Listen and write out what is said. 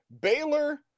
Baylor